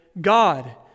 God